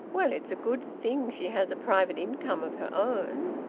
well, it's a good thing she has a private income of her own.